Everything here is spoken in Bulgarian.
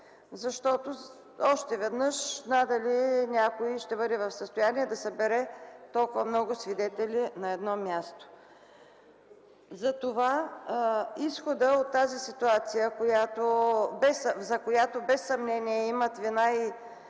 кажа, че надали някой ще бъде в състояние да събере толкова много свидетели на едно място. Изходът от тази ситуация, за която без съмнение има вина и